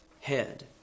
head